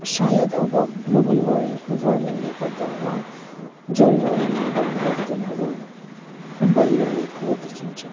सायद अब ग्लोबल वर्लि वर्मिङले गर्दा होला जलवायुमा परिवर्तनहरू भइरहेको देखिन्छ